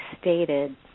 stated